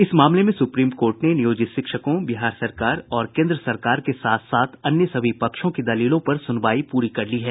इस मामले में सुप्रीम कोर्ट ने नियोजित शिक्षकों बिहार सरकार और केंद्र सरकार के साथ साथ अन्य सभी पक्षों की दलीलों पर सुनवाई पूरी कर ली है